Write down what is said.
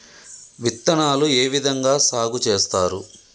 విత్తనాలు ఏ విధంగా సాగు చేస్తారు?